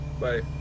Bye